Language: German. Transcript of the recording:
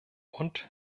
und